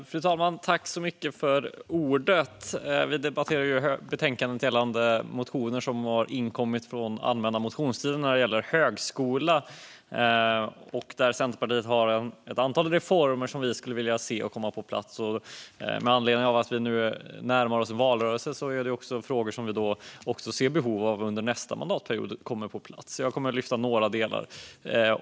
Fru talman! Vi debatterar ett betänkande gällande motioner om högskolan från allmänna motionstiden. Vi i Centerpartiet har ett antal reformer som vi skulle vilja få på plats. Nu närmar vi oss en valrörelse. En del av reformerna behöver komma på plats under nästa mandatperiod. Jag kommer att lyfta några delar.